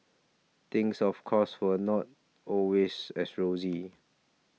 things of course were not always as rosy